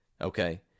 Okay